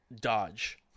dodge